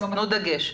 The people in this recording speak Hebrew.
תנו דגש.